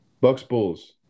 Bucks-Bulls